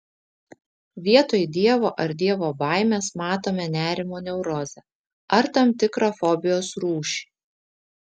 vietoj dievo ar dievo baimės matome nerimo neurozę ar tam tikrą fobijos rūšį